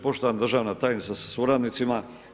Poštovana državna tajnice sa suradnicima.